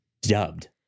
dubbed